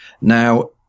Now